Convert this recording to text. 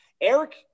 Eric